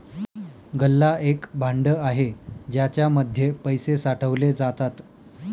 गल्ला एक भांड आहे ज्याच्या मध्ये पैसे साठवले जातात